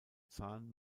zahn